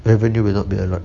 revenue will not be a lot